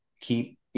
Keep